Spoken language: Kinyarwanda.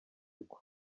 uku